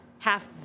Half